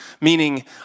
Meaning